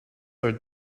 our